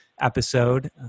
episode